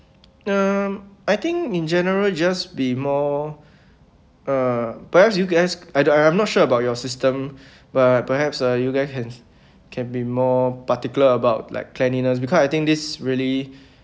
um I think in general just be more uh perhaps you guys I I'm not sure about your system but perhaps uh you guys can can be more particular about like cleanliness because I think this really